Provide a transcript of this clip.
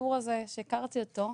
הסיפור הזה כשהכרתי אותו,